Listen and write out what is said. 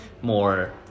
more